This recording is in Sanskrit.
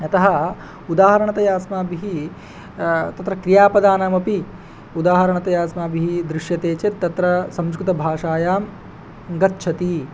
यतः उदाहरणतया अस्माभिः तत्र क्रियापदानामपि उदाहरणतया अस्माभिः दृश्यते चेत् तत्र संस्कृतभाषायां गच्छति